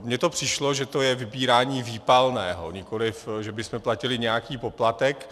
Mně to přišlo, že to je vybírání výpalného, nikoliv že bychom platili nějaký poplatek.